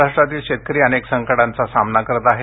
महाराष्ट्रातील शेतकरी अनेक संकटाचा सामना करत आहे